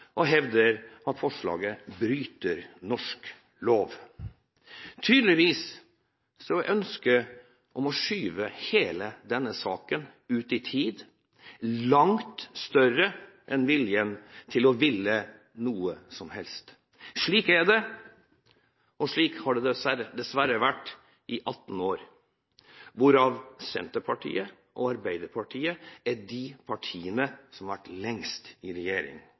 og hevder at forslaget bryter norsk lov. Tydeligvis er ønsket om å skyve hele denne saken ut i tid, langt større enn viljen til å ville noe som helst. Slik er det, og slik har det dessverre vært i 18 år, hvorav Senterpartiet og Arbeiderpartiet er de partiene som har vært lengst i regjering.